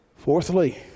Fourthly